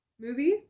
movie